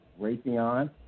Raytheon